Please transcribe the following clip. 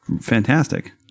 fantastic